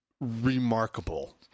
remarkable